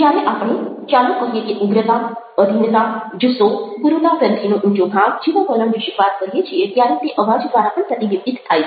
જ્યારે આપણે ચાલો કહીએ કે ઉગ્રતા આધીનતા જુસ્સો ગુરુતાગ્રંથીનો ઊંચો ભાવ જેવા વલણ વિશે વાત કરીએ છીએ ત્યારે તે અવાજ દ્વારા પણ પ્રતિબિંબિત થાય છે